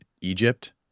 Egypt